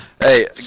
Hey